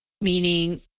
Meaning